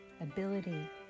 ability